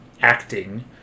acting